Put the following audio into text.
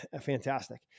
fantastic